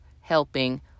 helping